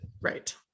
Right